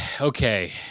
Okay